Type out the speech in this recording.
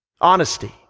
honesty